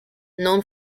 known